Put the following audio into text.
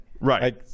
Right